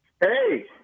Hey